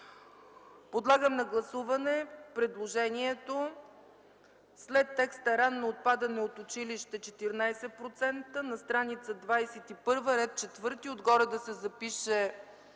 Подлагам на гласуване предложението: след текста „ранно отпадане от училище – 14%” на стр. 21, ред 4, отгоре да се запише